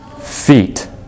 feet